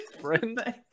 friend